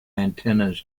antennas